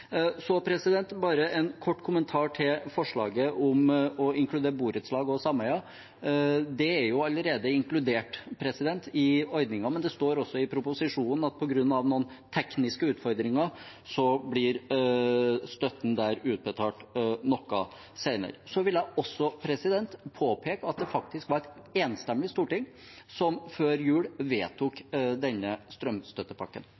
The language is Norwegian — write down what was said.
Så bare en kort kommentar til forslaget om å inkludere borettslag og sameier. Det er jo allerede inkludert i ordningen, men det står også i proposisjonen at på grunn av noen tekniske utfordringer blir støtten der utbetalt noe senere. Jeg vil også påpeke at det faktisk var et enstemmig storting som før jul